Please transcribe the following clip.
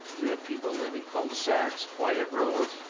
you have people live in cul-de-sacs, quiet roads,